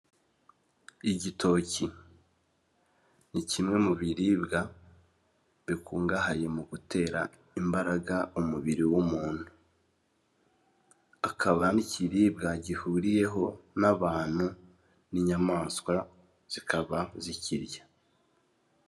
Igitoki ni kimwe mu biribwa bikungahaye mu gutera imbaraga umubiri w'umuntu akaba n'ikiribwa gihuriweho n'abantu n'inyamaswa zikaba zikirya.